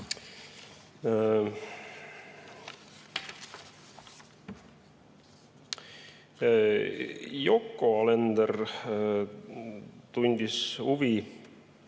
Yoko Alender tundis huvi